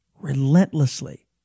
relentlessly